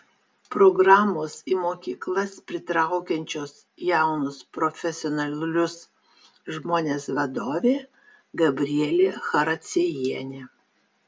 programos į mokyklas pritraukiančios jaunus profesionalius žmones vadovė gabrielė characiejienė